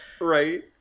Right